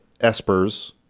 espers